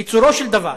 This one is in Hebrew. קיצורו של דבר,